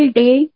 day